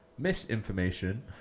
misinformation